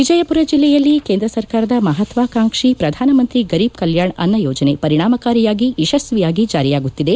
ವಿಜಯಪುರ ಜಿಲ್ಲೆಯಲ್ಲಿ ಕೇಂದ್ರ ಸರ್ಕಾರದ ಮಹತ್ವಾಕಾಂಕ್ಷಿ ಪ್ರಧಾನಮಂತ್ರಿ ಗರೀಬ್ ಕಲ್ಯಾಣ್ ಅನ್ನ ಯೋಜನೆ ಪರಿಣಾಮಕಾರಿಯಾಗಿ ಯಶಸ್ವಿಯಾಗಿ ಜಾರಿಯಾಗುತ್ತಿದೆ